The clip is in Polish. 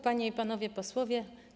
Panie i Panowie Posłowie!